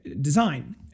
design